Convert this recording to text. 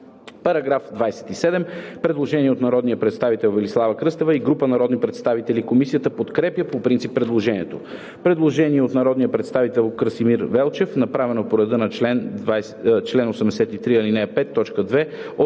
има постъпило предложение от народния представител Велислава Кръстева и група народни представители. Комисията подкрепя по принцип предложението. Предложение на народния представител Красимир Велчев, направено по реда на чл. 83, ал.